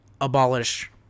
abolish